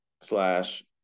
slash